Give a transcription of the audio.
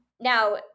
Now